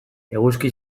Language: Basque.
eguzki